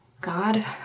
God